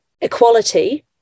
equality